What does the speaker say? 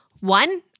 One